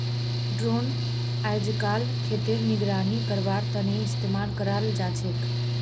drone अइजकाल खेतेर निगरानी करवार तने इस्तेमाल कराल जाछेक